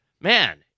man